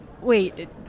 Wait